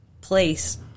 place